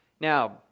Now